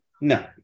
No